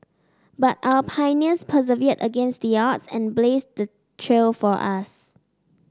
but our pioneers persevered against the odds and blazed the trail for us